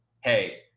Hey